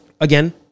Again